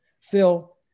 Phil